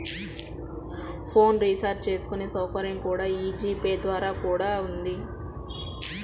phone recharge చేసుకునే సౌకర్యం కూడా యీ జీ పే ద్వారా కూడా ఉంది